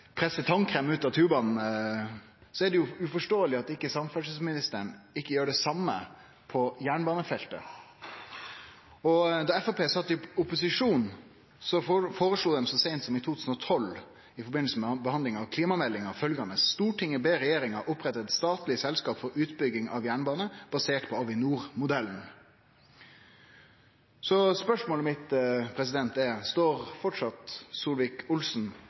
presse tannkrem ut av tubene, er det uforståeleg at ikkje samferdselsministeren gjer det same på jernbanefeltet. Då Framstegspartiet sat i opposisjon, foreslo dei så seint som i 2012, i forbindelse med behandlinga av klimameldinga, følgjande: «Stortinget ber regjeringen opprette et statlig selskap for utbygging av jernbane, basert på «Avinor-modellen».» Så spørsmålet mitt er: Står